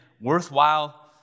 worthwhile